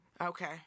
Okay